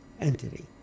entity